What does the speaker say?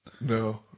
No